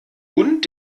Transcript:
und